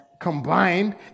combined